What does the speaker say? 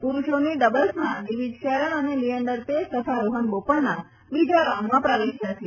પરૂષોની ડબલ્સમાં દિવિજ શરણ અને લીએન્ડર પેસ તથા રોહન બોપન્ના બીજા રાઉન્ડમાં પ્રવેશ્યા છે